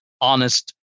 honest